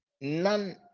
none